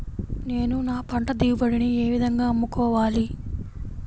నేను నా పంట దిగుబడిని ఏ విధంగా అమ్ముకోవాలి?